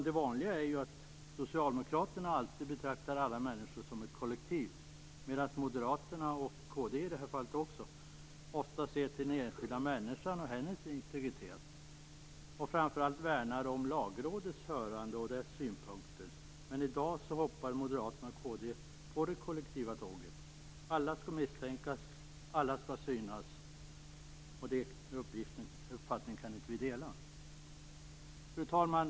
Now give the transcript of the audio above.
Det vanliga är ju att socialdemokraterna alltid betraktar alla människor som ett kollektiv medan moderaterna, och även kristdemokraterna, ofta ser till den enskilda människan och hennes integritet. Framför allt brukar de värna om Lagrådets hörande och dess synpunkter. Men i dag hoppar moderaterna och kristdemokraterna på det kollektiva tåget. Alla skall misstänkas, alla skall synas. Den uppfattningen kan inte vi folkpartister dela. Fru talman!